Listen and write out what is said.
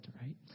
Right